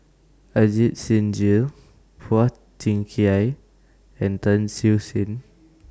Ajit Singh Gill Phua Thin Kiay and Tan Siew Sin